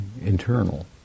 internal